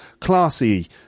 classy